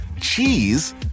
cheese